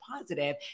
positive